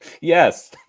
Yes